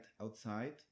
outside